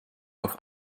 auf